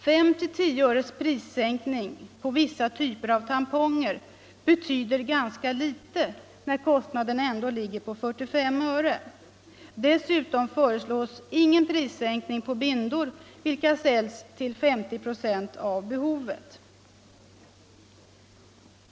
5 till 10 öres prissänkning på vissa typer av tamponger betyder ganska litet när kostnaden ändå ligger på 45 öre. Dessutom föreslås ingen prissänkning på 50 96 av de bindor som försäljs.